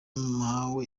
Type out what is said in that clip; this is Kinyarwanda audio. mpawe